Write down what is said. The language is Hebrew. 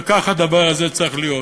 וכך הדבר הזה צריך להיות.